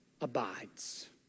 abides